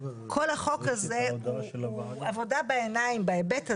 רון, את העצות הפוליטיות שלך תגיד לקיסר שלך